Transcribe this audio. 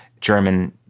German